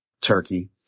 turkey